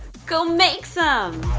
go make some.